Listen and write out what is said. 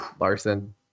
Larson